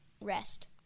rest